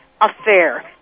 affair